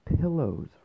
pillows